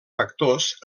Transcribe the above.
factors